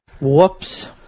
Whoops